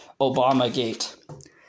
Obamagate